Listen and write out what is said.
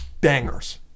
bangers